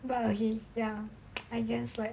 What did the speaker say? but okay ya I guess like